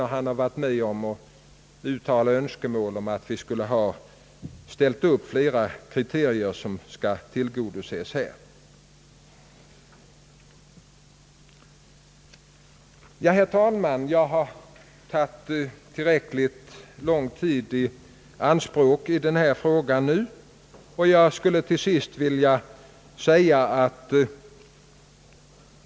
Han har ju anslutit sig till det uttalade önskemålet att vi borde ställa upp flera kriterier som skulle tillgodoses i detta sammanhang. Herr talman! Jag har tagit tillräckligt lång tid i anspråk i denna fråga nu.